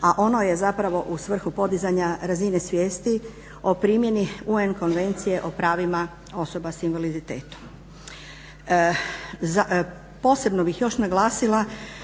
a ono je zapravo u svrhu podizanja razine svijesti o primjeni UN konvencije o pravima osoba sa invaliditetom. Posebno bih još naglasila